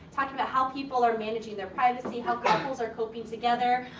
talking about how people are managing their privacy, how couples are coping together,